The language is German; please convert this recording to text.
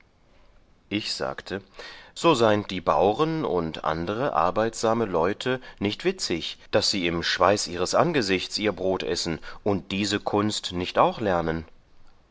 ich sagte so seind die bauren und andere arbeitsame leute nicht witzig daß sie im schweiß ihres angesichts ihr brod essen und diese kunst nicht auch lernen